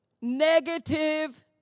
negative